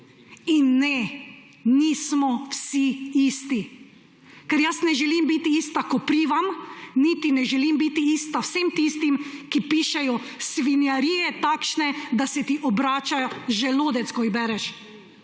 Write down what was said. In ne, nismo vsi isti. Ker jaz ne želim biti ista koprivam, niti ne želim biti ista vsem tistim, ki pišejo takšne svinjarije, da se ti obrača želodec, ko jih bereš.